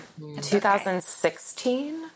2016